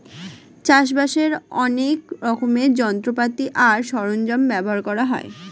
চাষবাসের অনেক রকমের যন্ত্রপাতি আর সরঞ্জাম ব্যবহার করা হয়